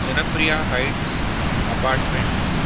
Janpriya heights apartments